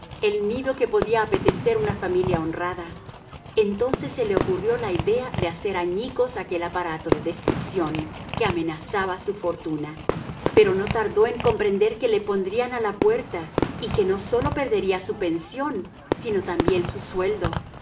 el nido que podía apetecer una familia honrada entonces se le ocurrió la idea de hacer añicos aquel aparato de destrucción que amenazaba su fortuna pero no tardó en comprender que le pondrían a la puerta y que no sólo perdería su pensión sino también su sueldo